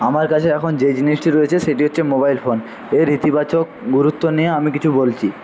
আমার কাছে এখন যে জিনিসটি রয়েছে সেটি হচ্ছে মোবাইল ফোন এর ইতিবাচক গুরুত্ব নিয়ে আমি কিছু বলছি